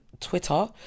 twitter